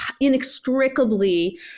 inextricably